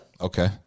Okay